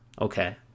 Okay